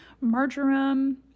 marjoram